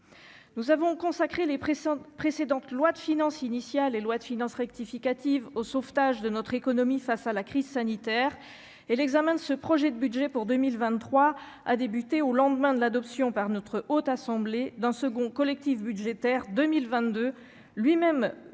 nous avons consacré les précédente loi de finances initiale et loi de finances rectificative au sauvetage de notre économie face à la crise sanitaire et l'examen de ce projet de budget pour 2023 a débuté au lendemain de l'adoption par notre haute assemblée d'un second collectif budgétaire 2022 lui-même